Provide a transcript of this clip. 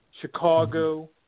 Chicago